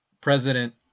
president